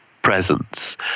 Presence